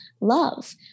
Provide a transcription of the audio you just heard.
love